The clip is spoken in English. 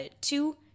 two